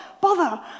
Bother